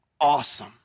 awesome